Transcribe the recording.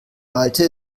malte